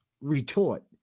retort